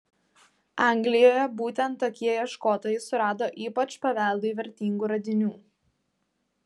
anglijoje būtent tokie ieškotojai surado ypač paveldui vertingų radinių